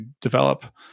develop